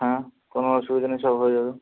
হ্যাঁ কোনো অসুবিধা নেই সব হয়ে যাবে